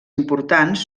importants